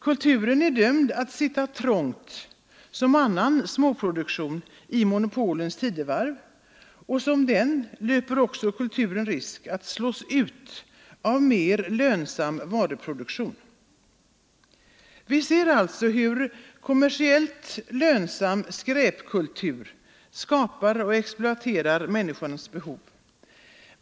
Kulturen är dömd att sitta trängt som annan småproduktion i monopolens tidevarv, och som den löper också kulturen risk att slås ut av mer lönsam varuproduktion. Vi ser alltså hur kommersiellt lönsam skräpkultur skapar och exploaterar människors behov.